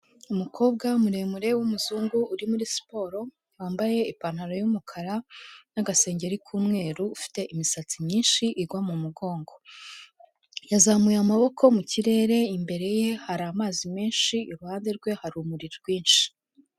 Umukobwa muremure w'umuzungu uri muri siporo wambaye ipantaro y'umukara n'agasengeri k'umweru ufite imisatsi myinshi igwa mu mugongo, yazamuye amaboko mu kirere imbere ye hari amazi menshi iruhande rwe hari urumuri rwinshi.